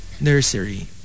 Nursery